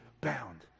bound